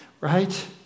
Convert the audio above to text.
right